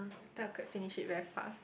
thought I could finish it very fast